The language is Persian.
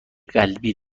قلبی